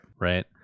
right